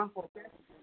आं ओके हय